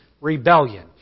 rebellion